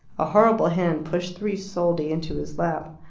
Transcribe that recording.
a horrible hand pushed three soldi into his lap.